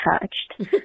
touched